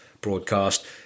broadcast